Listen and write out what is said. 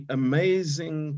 amazing